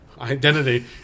Identity